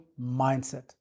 mindset